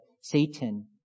Satan